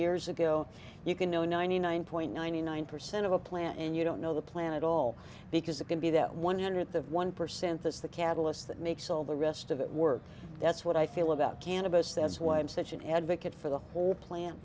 years ago you can know ninety nine point nine nine percent of a plant and you don't know the planet all because it can be that one hundredth of one percent that's the catalyst that makes all the rest of it work that's what i feel about cannabis that's why i'm such an advocate for the whole plan